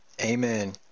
Amen